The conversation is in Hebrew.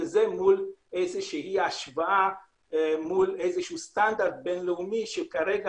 וזה בהשוואה מול איזשהו סטנדרט בין-לאומי שכרגע